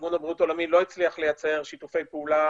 ארגון הבריאות העולמי לא הצליח לייצר שיתופי פעולה